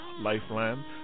Lifeline